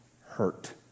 hurt